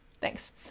thanks